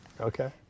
Okay